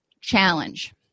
challenge